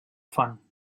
font